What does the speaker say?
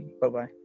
bye-bye